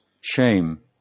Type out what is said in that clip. shame